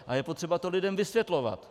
A je potřeba to lidem vysvětlovat.